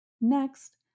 Next